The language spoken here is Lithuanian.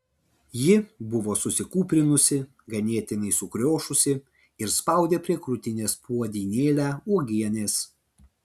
ji buvo susikūprinusi ganėtinai sukriošusi ir spaudė prie krūtinės puodynėlę uogienės